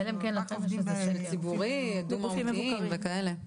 רק עובדים בגופים מבוקרים.